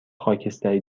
خاکستری